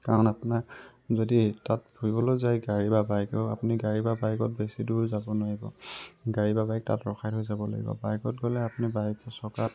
কাৰণ আপোনাৰ যদি তাত ফুৰিবলৈ যায় গাড়ী বা বাইকৰ আপুনি গাড়ী বা বাইকত বেছি দূৰ যাব নোৱাৰিব গাড়ী বা বাইক তাত ৰখাই থৈ যাব লাগিব বাইকত গ'লে আপুনি বাইক চকাত